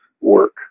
work